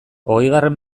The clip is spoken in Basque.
hogeigarren